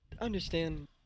understand